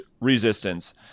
resistance